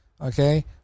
Okay